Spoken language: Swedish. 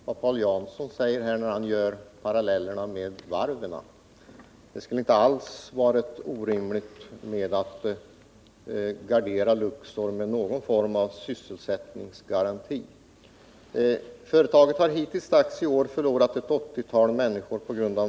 Herr talman! Jag vill ansluta mig till vad Paul Jansson sade när han drog en parallell med varven. Det skulle inte ha varit orimligt att man gett Luxor någon form av sysselsättningsgaranti. Företaget har hittilldags i år förlorat ett 80-tal anställda.